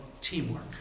teamwork